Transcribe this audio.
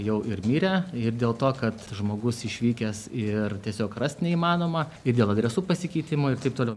jau ir miręs ir dėl to kad žmogus išvykęs ir tiesiog rast neįmanoma ir dėl adresų pasikeitimo ir taip toliau